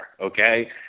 okay